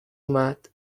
اومد